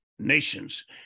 nations